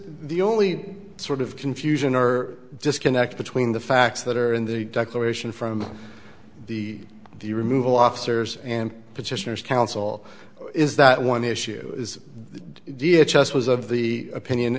the only sort of confusion or disconnect between the facts that are in the declaration from the the removal officers and petitioners counsel is that one issue is the dia just was of the opinion